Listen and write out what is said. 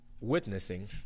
witnessing